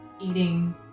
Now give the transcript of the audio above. eating